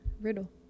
riddle